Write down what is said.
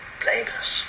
blameless